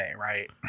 right